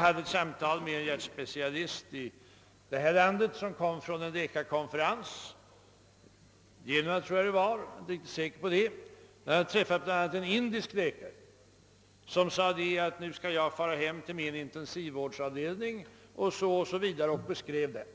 hade ett samtal med en hjärtspecialist här i landet, som kom från en läkarkonferens — i Genua tror jag det var — jag är inte riktigt säker på det. Han hade träffat en indisk läkare som hade sagt: Nu skall jag fara hem till min intensivvårdsavdelning. Han beskrev den också.